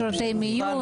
שירותי מיון.